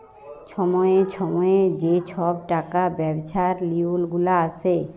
ছময়ে ছময়ে যে ছব টাকা ব্যবছার লিওল গুলা আসে